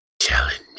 challenge